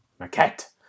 Maquette